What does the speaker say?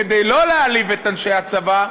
כדי לא להעליב את אנשי הצבא,